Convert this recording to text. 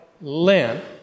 Lent